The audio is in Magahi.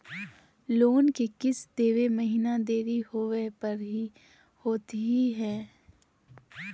लोन के किस्त देवे महिना देरी होवे पर की होतही हे?